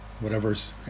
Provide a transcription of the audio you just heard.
whatever's